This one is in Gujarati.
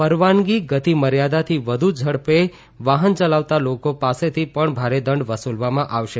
પરવાનગી ગતિ મર્યાદાથી વધુ ઝડપે વાફન યલાવતા લોકો પાસેથી પણ ભારે દંડ વસૂલવામાં આવશે